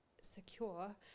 secure